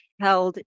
held